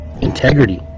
integrity